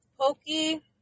Pokey